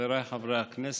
חבריי חברי הכנסת,